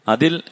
Adil